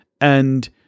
and-